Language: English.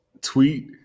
tweet